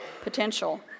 potential